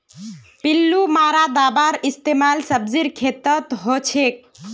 पिल्लू मारा दाबार इस्तेमाल सब्जीर खेतत हछेक